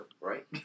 right